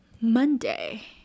Monday